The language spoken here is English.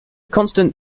constant